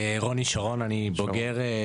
רוני שרון, אני בוגר התוכנית